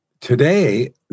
Today